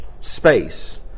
space